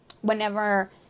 whenever